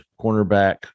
cornerback